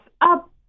up